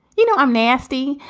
you know, i'm nasty.